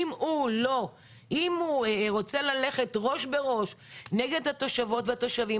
אם הוא רוצה ללכת ראש בראש נגד התושבות והתושבים,